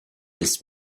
this